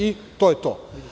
I to je to.